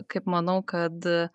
kaip manau kad